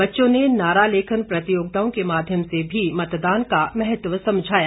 बच्चों ने नारा लेखन प्रतियोगिताओं के माध्यम से भी मतदान का महत्व समझाया